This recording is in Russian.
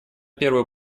первую